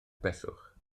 beswch